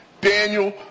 Daniel